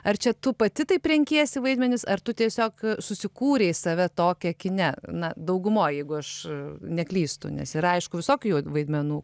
ar čia tu pati taip renkiesi vaidmenis ar tu tiesiog susikūrei save tokią kine na daugumoj jeigu aš neklystu nes yra aišku visokių jau vaidmenų